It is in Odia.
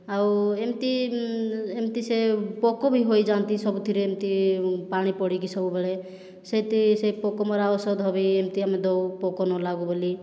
ଆଉ ଏମିତି ଏମିତି ସେ ପୋକ ବି ହୋଇଯାଆନ୍ତି ସବୁଥିରେ ଏମିତି ପାଣି ପଡ଼ିକି ସବୁବେଳେ ସେଥି ସେହି ପୋକମରା ଔଷଧ ବି ଏମିତି ଆମେ ଦେଉ ପୋକ ନଲାଗୁ ବୋଲି